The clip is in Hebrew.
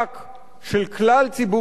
של כלל ציבור העובדים,